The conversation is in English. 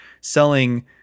selling